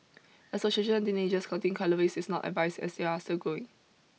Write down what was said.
as for children and teenagers counting calories is not advised as they are still growing